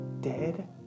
dead